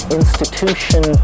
institution